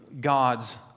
God's